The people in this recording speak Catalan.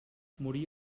morí